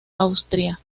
austria